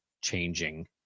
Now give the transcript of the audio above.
changing